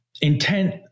intent